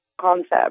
concept